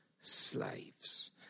slaves